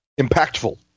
Impactful